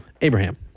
Abraham